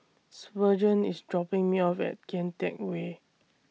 Spurgeon IS dropping Me off At Kian Teck Way